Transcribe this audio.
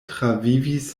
travivis